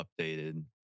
updated